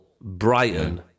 Brighton